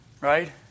right